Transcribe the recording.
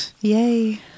Yay